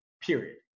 period